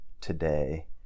today